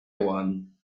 one